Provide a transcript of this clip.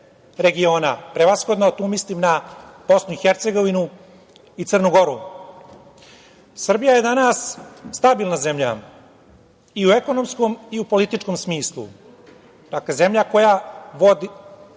regiona, prevashodno tu mislim na BiH i Crnu Goru. Srbija je danas stabilna zemlja i u ekonomskom i u političkom smislu, zemlja koja vodi